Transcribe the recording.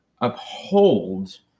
upholds